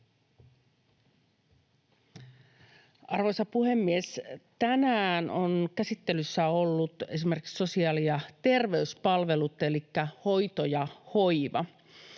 Arvoisa puhemies! Tänään ovat käsittelyssä olleet esimerkiksi sosiaali- ja terveyspalvelut elikkä hoito ja hoiva.